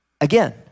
again